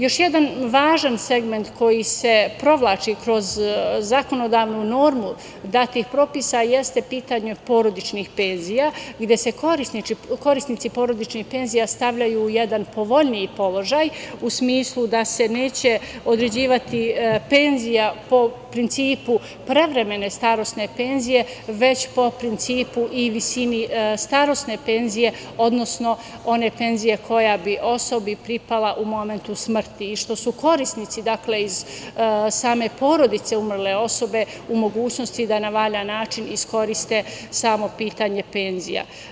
Još jedan važan segment koji se provlači kroz zakonodavnu normu datih propisa jeste pitanje porodičnih penzija gde se korisnici porodičnih penzija stavljaju u jedan povoljniji položaj u smislu da se neće određivati penzija po principu prevremene starosne penzije, već po principu i visini starosne penzije, odnosno one penzije koja bi osobi pripala u momentu smrti, i što su korisnici iz same porodice umrle osobe u mogućnosti da na valjan način iskoriste samo pitanje penzija.